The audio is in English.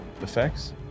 effects